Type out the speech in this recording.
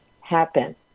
happen